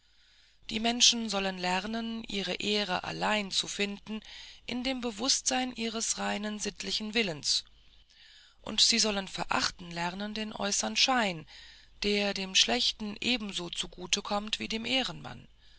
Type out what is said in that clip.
die menschen sollen lernen ihre ehre allein zu finden in dem bewußtsein ihres reinen sittlichen willens und sie sollen verachten lernen den äußern schein der dem schlechten ebenso zugute kommt wie dem ehrenmann